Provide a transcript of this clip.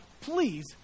please